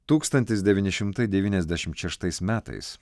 tūkstantis devyni šimtai devyniasdešim šeštais metais